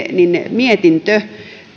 mietintö